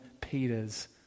Peter's